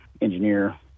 engineer